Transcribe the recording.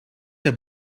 der